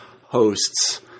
hosts